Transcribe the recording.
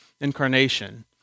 incarnation